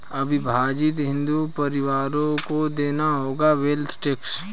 अविभाजित हिंदू परिवारों को देना होगा वेल्थ टैक्स